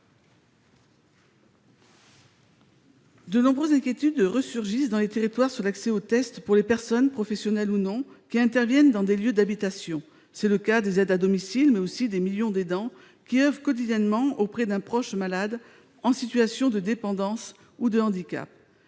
de nombreuses inquiétudes ressurgissent quant à l'accès aux tests pour les personnes, qu'il s'agisse de professionnels ou non, qui interviennent dans des lieux d'habitation. C'est le cas des aides à domicile, mais aussi des millions d'aidants qui oeuvrent quotidiennement auprès d'un proche malade, en situation de dépendance ou de handicap.